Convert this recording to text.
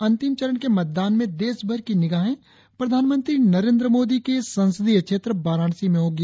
अंतिम चरण के मतदान में देशभर की निगाहे प्रधानमंत्री नरेंद्र मोदी के संसदीय क्षेत्र वाराणसी में होगी